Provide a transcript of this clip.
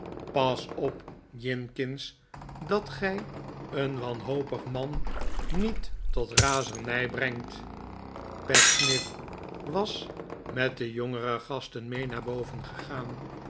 pas op jinkins dat gij een wanhopig man niet tot razernij brengt pecksniff was met de jongere gasten mee naar boven gegaan